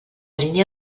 línia